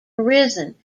arisen